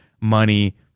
money